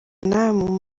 nawe